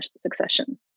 succession